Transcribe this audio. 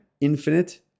infinite